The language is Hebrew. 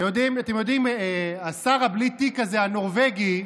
אתם יודעים, השר בלי תיק הזה, הנורבגי,